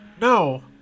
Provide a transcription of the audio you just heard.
No